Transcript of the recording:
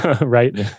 right